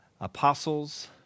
apostles